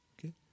Okay